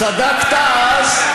צדקת אז.